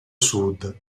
sud